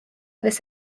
this